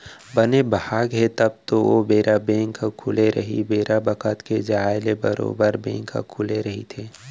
बने भाग हे तब तो ओ बेरा बेंक ह खुले रही बेरा बखत के जाय ले बरोबर बेंक ह खुले रहिथे